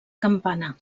campana